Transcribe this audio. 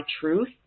truth